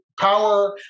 power